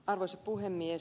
arvoisa puhemies